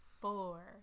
four